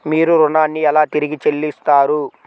మీరు ఋణాన్ని ఎలా తిరిగి చెల్లిస్తారు?